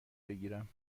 بگیرم